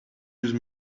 use